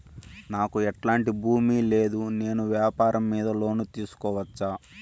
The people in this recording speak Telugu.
నాకు ఎట్లాంటి భూమి లేదు నేను వ్యాపారం మీద లోను తీసుకోవచ్చా?